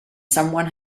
someone